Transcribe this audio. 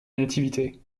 nativité